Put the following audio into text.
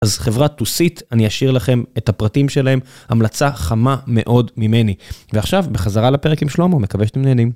אז חברת 2sit, אני אשאיר לכם את הפרטים שלהם. המלצה חמה מאוד ממני. ועכשיו, בחזרה לפרק עם שלמה, מקווה שאתם נהנים.